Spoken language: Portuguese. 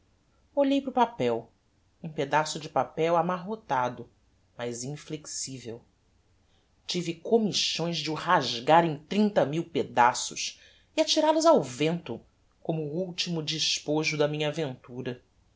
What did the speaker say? olhei para o papel um pedaço de papel amarrotado mas inflexivel tive comichões de o rasgar em trinta mil pedaços e atiral os ao vento como o ultimo despojo da minha aventura